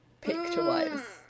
picture-wise